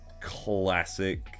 classic